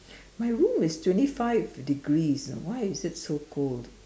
my room is twenty five degrees you know why is it so cold